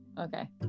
okay